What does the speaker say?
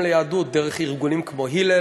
הוויכוח, אגב,